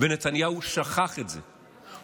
ונתניהו שכח את זה,